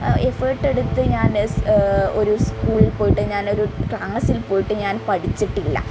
effort എടുത്ത് ഞാന് ഒരു സ്കൂൾ പോയിട്ട് ഞാനൊരു ക്ലാസിൽ പോയിട്ടോ ഞാൻ പഠിച്ചിട്ടില്ല